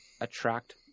attract